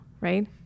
right